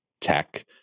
tech